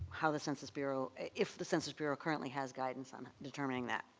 how the census bureau if the census bureau currently has guidance on determining that.